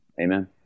Amen